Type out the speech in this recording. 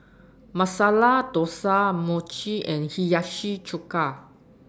Masala Dosa Mochi and Hiyashi Chuka